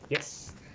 yes